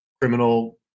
criminal